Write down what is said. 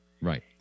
Right